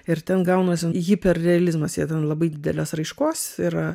ir ten gaunasi hiperrealizmas jie ten labai didelės raiškos yra